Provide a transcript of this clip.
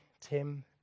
Tim